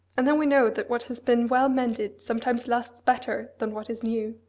and then we know that what has been well mended sometimes lasts better than what is new.